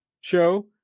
show